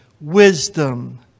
wisdom